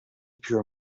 pure